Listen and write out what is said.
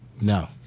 No